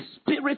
spirit